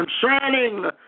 Concerning